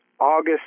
August